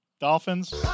Dolphins